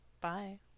Bye